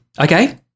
Okay